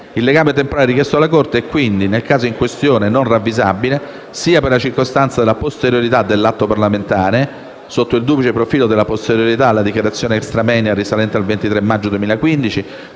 Il legame temporale richiesto dalla Corte è, quindi, nel caso in questione non ravvisabile, sia per la circostanza della posteriorità dell'atto parlamentare in questione (sotto il duplice profilo della posteriorità rispetto alla dichiarazione *extra moenia*, risalente al 23 maggio 2015,